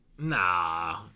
nah